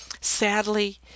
Sadly